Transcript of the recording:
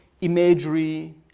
imagery